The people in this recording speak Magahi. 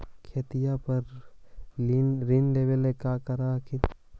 खेतिया पर ऋण लेबे ला की कर हखिन?